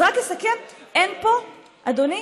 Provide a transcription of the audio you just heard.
אז רק לסכם: אין פה, אדוני,